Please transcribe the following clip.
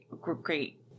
great